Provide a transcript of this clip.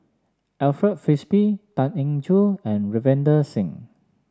Alfred Frisby Tan Eng Joo and Ravinder Singh